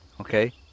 Okay